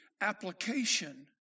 application